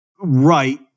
Right